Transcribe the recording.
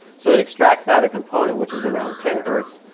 so it extracts out a component which is around ten hertz.